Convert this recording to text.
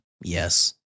Yes